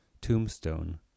Tombstone